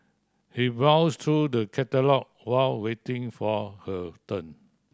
she browsed through the catalog while waiting for her turn